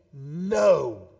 no